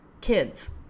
kids